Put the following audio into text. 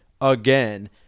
again